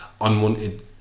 unwanted